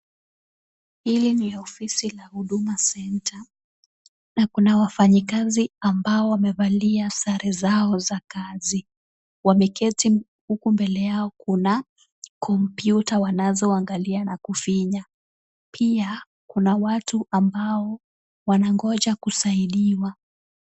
Hili ni ofisi la huduma center na kuna wafanyi kazi ambao wamevalia sare zao za kazi. Wameketi huku mbele yao kuna computer wanazoangalia na kufinya. Pia kuna watu ambao wanangoja kusaidiwa.